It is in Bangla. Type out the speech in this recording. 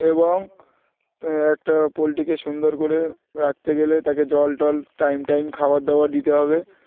এবং একটা পোল্ট্রিকে সুন্দর করে রাখতে গেলে তাকে জল টল টাইম টাইম খাবার দাবার দিতে হবে